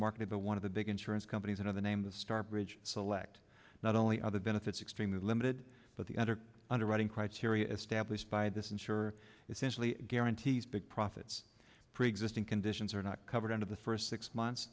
marketed to one of the big insurance companies another name the star bridge select not only other benefits extremely limited but the other underwriting criteria established by this insure essentially guarantees big profits preexisting conditions are not covered under the first six months